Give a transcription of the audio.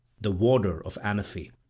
the warder of anaphe.